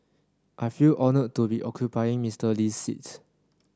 I feel honoured to be occupying Mister Lee's seat